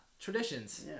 traditions